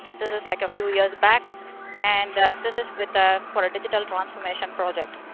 this is like a few years back and this is with the for a digital transformation project.